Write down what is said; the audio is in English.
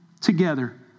together